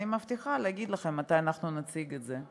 אני מבטיחה להגיד לכם מתי נציג את זה.